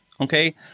okay